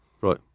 Right